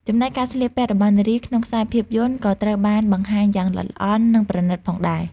ចំណែកការស្លៀកពាក់របស់នារី ក្នុងខ្សែភាពយន្តក៏ត្រូវបានបង្ហាញយ៉ាងល្អិតល្អន់ និងប្រណីតផងដែរ។